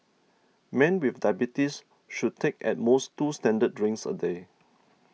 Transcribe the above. men with diabetes should take at most two standard drinks a day